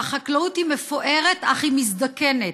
והחקלאות היא מפוארת, אך היא מזדקנת.